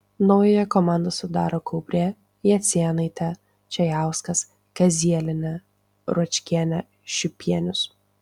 naująją komandą sudaro kaubrė jacėnaitė čėjauskas kazielienė ruočkienė šiupienius